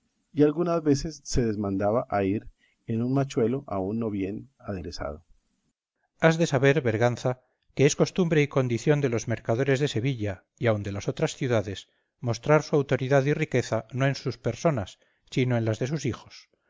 y algunas veces se desmandaba a ir en un machuelo aun no bien aderezado cipión has de saber berganza que es costumbre y condición de los mercaderes de sevilla y aun de las otras ciudades mostrar su autoridad y riqueza no en sus personas sino en las de sus hijos